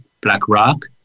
BlackRock